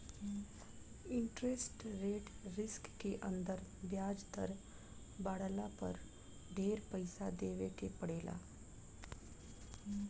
interest rate risk के अंदर ब्याज दर बाढ़ला पर ढेर पइसा देवे के पड़ेला